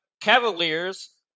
Cavaliers